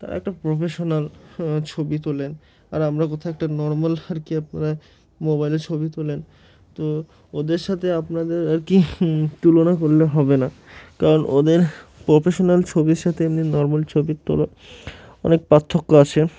তারা একটা প্রফেশনাল ছবি তোলেন আর আমরা কোথাও একটা নর্মাল আর কি আপনারা মোবাইলে ছবি তোলেন তো ওদের সাথে আপনাদের আর কি তুলনা করলে হবে না কারণ ওদের প্রফেশনাল ছবির সাথে এমনি নর্মাল ছবির তোলার অনেক পার্থক্য আছে